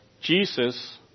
Jesus